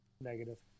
Negative